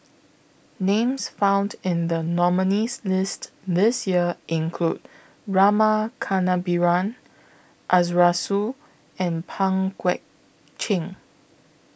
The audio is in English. Names found in The nominees list This Year include Rama Kannabiran and Pang Guek Cheng